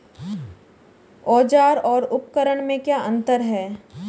औज़ार और उपकरण में क्या अंतर है?